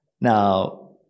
Now